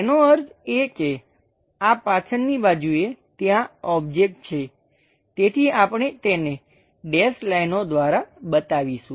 તેનો અર્થ એ કે આ પાછળની બાજુએ ત્યાં ઓબ્જેક્ટ છે તેથી આપણે તેને ડેશ લાઈનો દ્વારા બતાવીશું